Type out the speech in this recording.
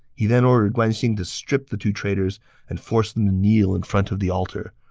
he then ordered guan xing to strip the two traitors and force them to kneel in front of the altar.